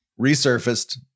resurfaced